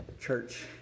church